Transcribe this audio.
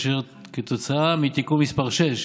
ובשל תיקון מס' 6,